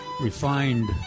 refined